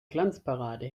glanzparade